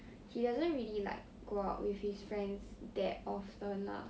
he doesn't really like go out with his friends that often lah